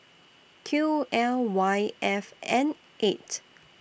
Q L Y F N eight